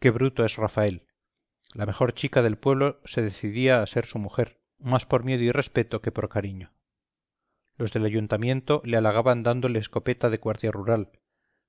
qué bruto es rafael la mejor chica del pueblo se decidía a ser su mujer más por miedo y respeto que por cariño los del ayuntamiento le halagaban dándole escopeta de guardia rural